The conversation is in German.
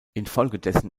infolgedessen